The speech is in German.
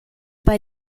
bei